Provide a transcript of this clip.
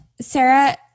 Sarah